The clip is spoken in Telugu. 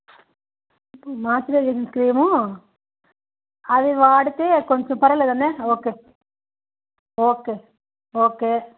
మాయిశ్చరైజేషను క్రీము అది వాడితే కొంచెం పర్వాలేదండి ఓకే ఓకే ఓకే